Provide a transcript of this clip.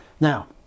Now